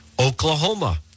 Oklahoma